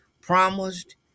promised